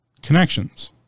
Connections